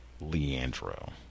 Leandro